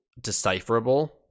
decipherable